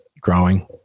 growing